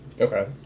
Okay